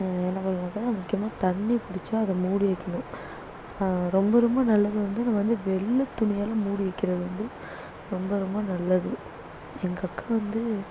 நம்ம மொதல் முக்கியமாக தண்ணி குடித்தா அதை மூடி வைக்கணும் ரொம்ப ரொம்ப நல்லது வந்து நம்ம வந்து வெள்ளை துணியால் மூடி வைக்கிறது வந்து ரொம்ப ரொம்ப நல்லது எங்கள் அக்கா வந்து